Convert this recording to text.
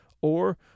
Or